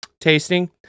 tasting